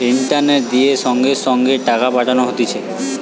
ইন্টারনেটে ফোনপে দিয়ে সঙ্গে সঙ্গে টাকা পাঠানো হতিছে